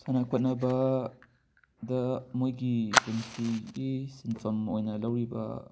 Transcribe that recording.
ꯁꯥꯅ ꯈꯣꯠꯅꯕ ꯗ ꯃꯣꯏꯒꯤ ꯄꯨꯟꯁꯤ ꯒꯤ ꯁꯤꯟꯐꯝ ꯑꯣꯏꯅ ꯂꯧꯔꯤꯕ